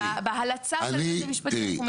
בהלצה של היועץ המשפטי --- תראי,